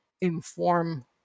inform